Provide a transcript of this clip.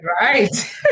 Right